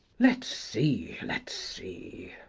let's see, let's see!